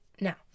now